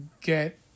get